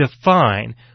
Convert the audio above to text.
define